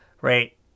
right